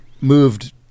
moved